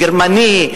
גרמני,